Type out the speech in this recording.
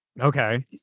Okay